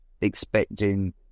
expecting